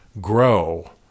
grow